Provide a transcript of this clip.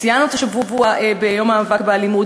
ציינו השבוע את יום המאבק באלימות.